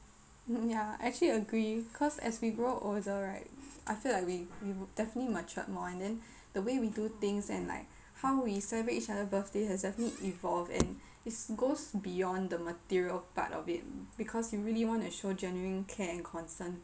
ya I actually agree cause as we grow older right I feel like we we would definitely mature more and then the way we do things and like how we celebrate each other birthday has definitely evolved and is goes beyond the material part of it because you really want to show genuine care and concern